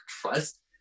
trust